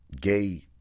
gay